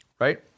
right